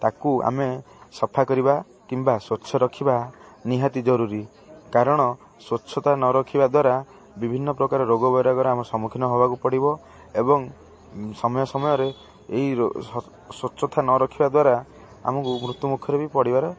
ତାକୁ ଆମେ ସଫା କରିବା କିମ୍ବା ସ୍ୱଚ୍ଛ ରଖିବା ନିହାତି ଜରୁରୀ କାରଣ ସ୍ୱଚ୍ଛତା ନ ରଖିବା ଦ୍ୱାରା ବିଭିନ୍ନ ପ୍ରକାର ରୋଗ ବୈରାଗର ଆମ ସମ୍ମୁଖୀନ ହେବାକୁ ପଡ଼ିବ ଏବଂ ସମୟ ସମୟରେ ଏହି ସ୍ୱଚ୍ଛତା ନ ରଖିବା ଦ୍ୱାରା ଆମକୁ ମୃତ୍ୟୁ ମୁଖରେ ବି ପଡ଼ିବାର